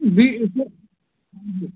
जी उसमें जी जी